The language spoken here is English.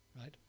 right